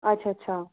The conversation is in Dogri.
अच्छा अच्छा